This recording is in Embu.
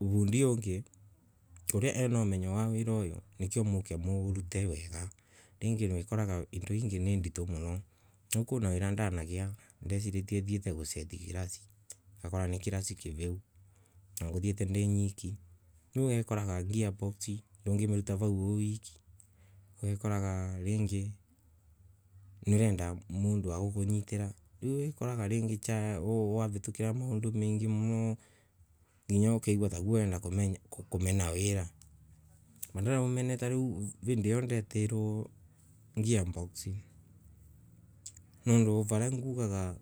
Vundi ungi uria ena umenyo wa wira uyu nike muurute wega. Ringi nukoraga indo ingi niindito muno. Nie kwi wira ndanagia. ndearitie nthieta kuseti i kirasi. Ngakora ni kirasi kiviu na nguthieta ni wiki. Riu ukoraga gear box ndungiminta vau wii wiki. Wikoraga ringi nurenda mundu wa gukunyika. Riu usikoraga ningi uravitukia maundu mengi muno nginya ukegua takwa urenda kumera wira. Riu vindi iyo ndetirwe gear box. nondu vana ngugaga